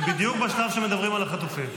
בדיוק בשלב שמדברים על החטופים.